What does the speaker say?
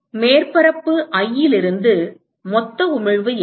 மேற்பரப்பு i இலிருந்து மொத்த உமிழ்வு என்ன